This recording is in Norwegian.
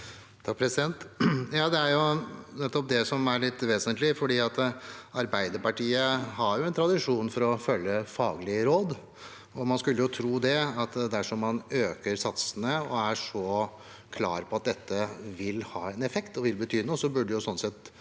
(FrP) Det er nettopp det som er litt vesentlig. Arbeiderpartiet har en tradisjon for å følge faglige råd. Man skulle jo tro at dersom man øker satsene og er så klar på at dette vil ha en effekt og vil bety noe, burde sånn sett